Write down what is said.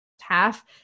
half